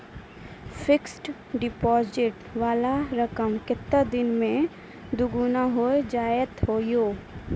Fixed deposit वाला रकम केतना दिन मे दुगूना हो जाएत यो?